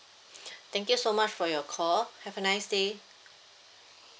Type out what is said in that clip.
thank you so much for your call have a nice day